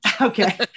Okay